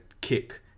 kick